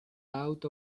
out